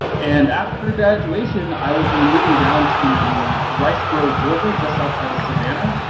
and after graduation, i will be moving down to riceboro, georgia, just outside of savannah,